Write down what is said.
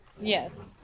Yes